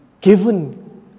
given